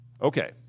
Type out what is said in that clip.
Okay